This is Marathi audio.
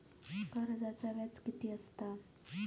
कर्जाचा व्याज कीती असता?